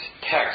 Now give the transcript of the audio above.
text